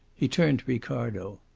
he turned to ricardo.